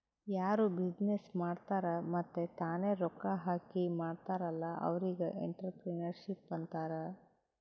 ಯಾರು ಬಿಸಿನ್ನೆಸ್ ಮಾಡ್ತಾರ್ ಮತ್ತ ತಾನೇ ರೊಕ್ಕಾ ಹಾಕಿ ಮಾಡ್ತಾರ್ ಅಲ್ಲಾ ಅವ್ರಿಗ್ ಎಂಟ್ರರ್ಪ್ರಿನರ್ಶಿಪ್ ಅಂತಾರ್